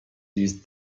used